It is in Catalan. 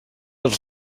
els